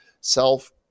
self